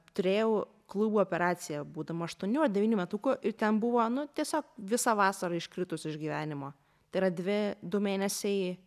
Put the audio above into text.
turėjau klubo operaciją būdama aštuonių ar devynių metukų ir ten buvo nu tiesiog visą vasarą iškritus iš gyvenimo tai yra dvi du mėnesiai